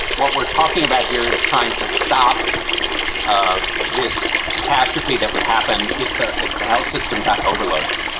what we're talking about here is trying to stop ah this catastrophe that would happen if the if the health system got overloaded.